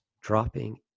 dropping